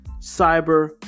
cyber